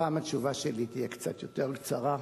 הפעם התשובה שלי תהיה קצת יותר קצרה,